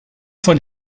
von